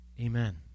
Amen